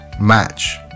match